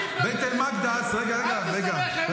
זה גדול עליך, אל תסתבך עם זה.